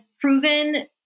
proven